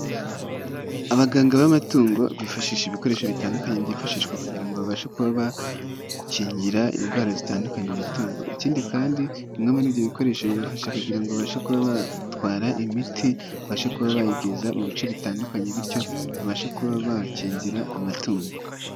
Abaganga b'amatungo bifashisha ibikoresho bitandukanye byifashishwa kugira babashe kuba bakingira indwara zitandukanye amatungo ikindi kandi bimwe muri ibyo bikoresho bibafasha kugira abashe kuba batwara imiti ubashe kuba bayigiza mu bice bitandukanye bityo babashe kuba bakingira amatungo.